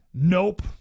nope